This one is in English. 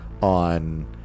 on